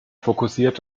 fokussiert